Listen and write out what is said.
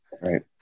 right